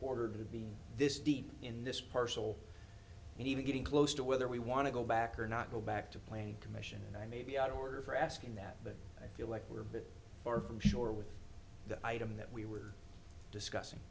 order to be this deep in this parcel and even getting close to whether we want to go back or not go back to plan commission and i may be out of order for asking that but i feel like we're a bit far from shore with the item that we were discussing